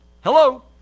Hello